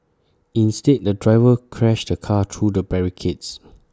instead the driver crashed the car through the barricades